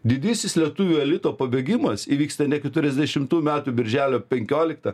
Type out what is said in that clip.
didysis lietuvių elito pabėgimas įvyksta ne keturiasdešimtų metų birželio penkioliktą